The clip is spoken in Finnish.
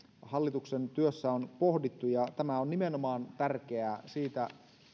hallituksen työssä on pohdittu tämä on tärkeää nimenomaan siitä